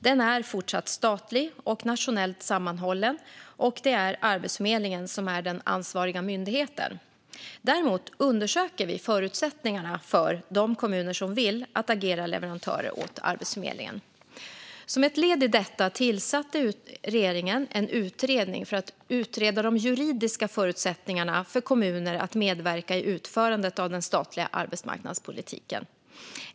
Den är fortsatt statlig och nationellt sammanhållen, och det är Arbetsförmedlingen som är den ansvariga myndigheten. Däremot undersöker vi förutsättningarna för de kommuner som vill agera leverantörer åt Arbetsförmedlingen. Som ett led i detta tillsatte regeringen en utredning för att utreda de juridiska förutsättningarna för kommuner att medverka i utförandet av den statliga arbetsmarknadspolitiken.